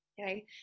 Okay